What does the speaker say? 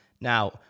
Now